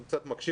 הם קצת מקשים.